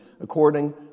according